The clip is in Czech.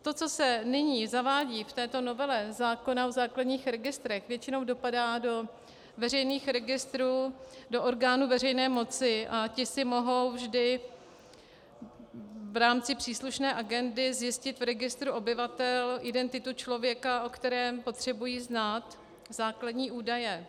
To, co se nyní zavádí v této novele zákona o základních registrech, většinou dopadá do veřejných registrů, do orgánů veřejné moci, a ty si mohou vždy v rámci příslušné agendy zjistit v registru obyvatel identitu člověka, o kterém potřebují znát základní údaje.